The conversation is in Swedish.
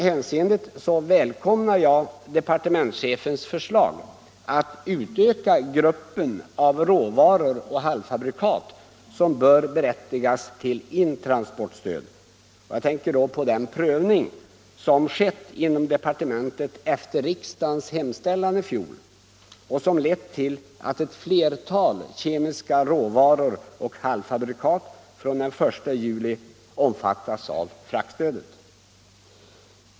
Jag välkomnar därför departementschefens förslag att utöka gruppen av råvaror och halvfabrikat som är berättigade till intransportstöd. Jag tänker härvid på den prövning som skett inom departementet efter riksdagens hemställan i fjol och som lett till att ett flertal kemiska råvaror och halvfabrikat från den 1 juli omfattas av fraktstödet.